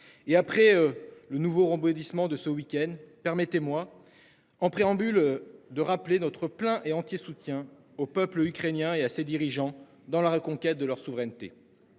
et après le nouveau rebondissement de ce week-end, permettez-moi en préambule de rappeler notre plein et entier soutien au peuple ukrainien et à ses dirigeants dans la reconquête de leur souveraineté.